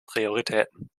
prioritäten